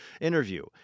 interview